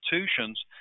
institutions